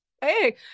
hey